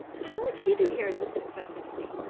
how would she do here as a successor to me?